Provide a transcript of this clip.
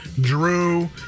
Drew